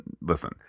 Listen